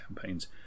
campaigns